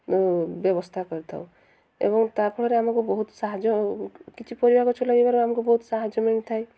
ବ୍ୟବସ୍ଥା କରିଥାଉ ଏବଂ ତା ଫଳରେ ଆମକୁ ବହୁତ ସାହାଯ୍ୟ କିଛି ପରିବା ଗଛ ଲଗାଇବାରୁ ଆମକୁ ବହୁତ ସାହାଯ୍ୟ ମିଳିଥାଏ